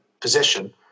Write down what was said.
position